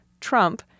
Trump